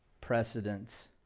precedents